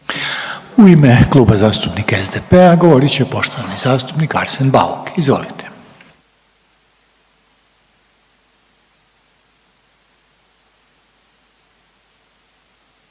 u ime Kluba zastupnika HDZ-a govoriti poštovani zastupnik Jure Brkan. Izvolite.